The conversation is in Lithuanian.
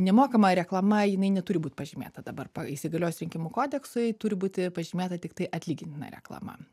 nemokama reklama jinai neturi būt pažymėta dabar įsigaliojus rinkimų kodeksui turi būti pažymėta tiktai atlygintina reklama